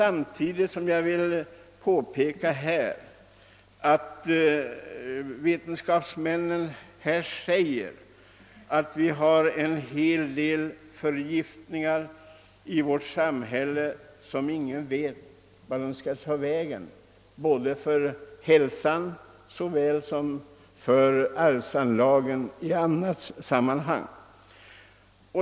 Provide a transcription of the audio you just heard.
Vetenskapsmännen påpekar också att det i vårt samhälle förekommer giftiga medel om vilka man egentligen inte vet vad de kommer att innebära för människans hälsa och för arvsanlagen.